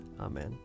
Amen